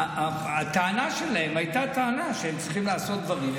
אבל הטענה שלהם הייתה טענה שהם צריכים לעשות דברים,